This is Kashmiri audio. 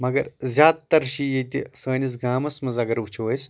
مَگر زیادٕ تَر چھِ ییٚتِہ سٲنِس گامَس منٛز اَگَر وٕچھو أسۍ